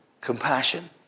Compassion